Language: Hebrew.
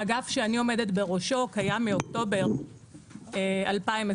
האגף שאני עומדת בראשו קיים מאוקטובר 2020,